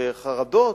וחרדות.